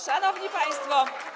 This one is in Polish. Szanowni Państwo!